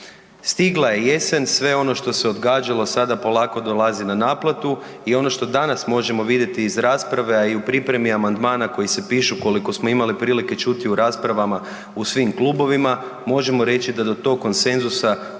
Stigla je jesen, sve ono što se odgađalo sada polako dolazi na naplatu i ono što danas možemo vidjeti iz rasprave, a i u pripremi amandmana koji se pišu koliko smo imali prilike čuti u raspravama u svim klubovima, možemo reći da do tog konsenzusa